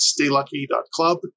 staylucky.club